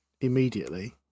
immediately